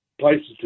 places